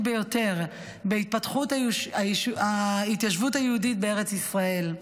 ביותר בהתפתחות ההתיישבות היהודית בארץ ישראל.